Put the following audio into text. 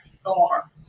storm